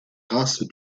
races